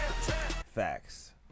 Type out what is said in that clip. facts